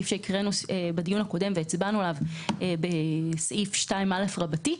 סעיף שהקראנו בדיון הקודם והצבענו עליו בסעיף 2א רבתי,